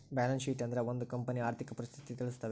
balance sheet ಅಂದ್ರೆ ಒಂದ್ ಕಂಪನಿಯ ಆರ್ಥಿಕ ಪರಿಸ್ಥಿತಿ ತಿಳಿಸ್ತವೆ